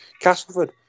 Castleford